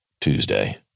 Tuesday